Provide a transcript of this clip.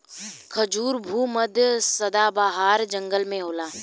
खजूर भू मध्य सदाबाहर जंगल में होला